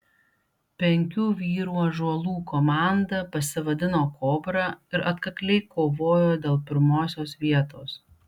penkių vyrų ąžuolų komanda pasivadino kobra ir atkakliai kovojo dėl pirmosios vietos